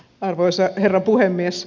arvoisa herra puhemies